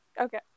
okay